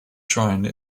shrine